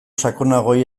sakonagoei